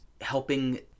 helping